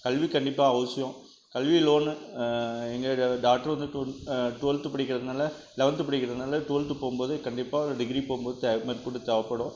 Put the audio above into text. கல்வி கண்டிப்பாக அவசியம் கல்வி லோனு எங்கள் ஏரியாவில் டாட்டர் வந்து டுவெல்த் டுவெல்த்து படிக்கிறதினால லெவன்த்து படிக்கிறதினால டுவெல்த்து போகும் போது கண்டிப்பாக டிகிரி போகும் போது மேற்கொண்டு தேவைப்படும்